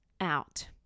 out